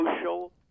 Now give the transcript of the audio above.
social